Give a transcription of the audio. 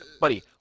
buddy